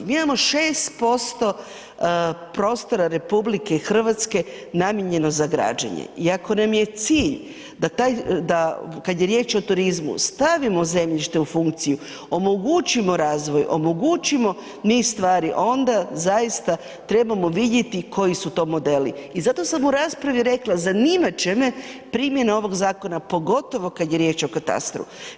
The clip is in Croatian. Mi imamo 6% prostora RH namijenjeno za građene i ako nam je cilj da kad je riječ o turizmu, stavimo zemljište u funkciju, omogućimo razvoj, omogućimo niz stvar, onda zaista trebamo vidjeti koji su to modeli i zato sam u raspravi rekla, zanimat će me primjena ovoga zakona pogotovo kad je riječ o katastru.